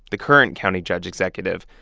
the current county judge executive,